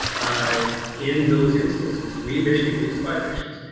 in those instances, we've issued these violations.